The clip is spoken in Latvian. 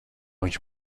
viņš